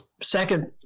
second